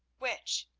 which?